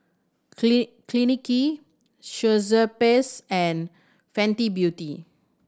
Clinique Schweppes and Fenty Beauty